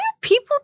people